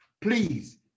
Please